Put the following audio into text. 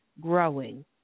growing